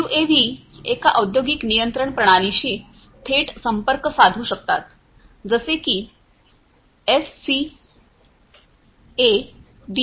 UAV एका औद्योगिक नियंत्रण प्रणालीशी थेट संपर्क साधू शकतात जसे की एससीएडीए